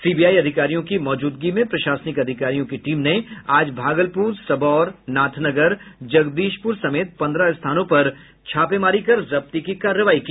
CBI अधिकारियों की मौजूदगी में प्रशासनिक अधिकारियों की टीम ने आज भागलपुर सबौर नाथनगर जगदीशपुर समेत पंद्रह स्थानों पर छापेमारी कर जब्ती की कार्रवाई की